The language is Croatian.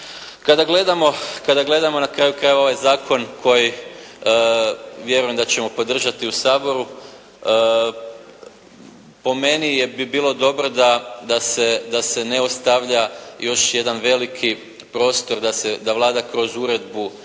Kada gledamo na kraju krajeva ovaj zakon koji vjerujem da ćemo podržati u Saboru, po meni bi bilo dobro da se ne ostavlja još jedan veliki prostor, da Vlada kroz uredbu o